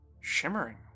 shimmering